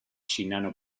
shinano